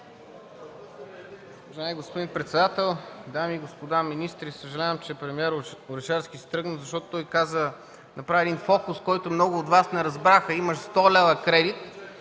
Уважаеми господин председател, дами и господа министри! Съжалявам, че премиерът Орешарски си тръгна, защото той каза, направи един фокус, който много от Вас не разбраха. Имаш 100 лв. кредит,